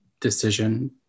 decision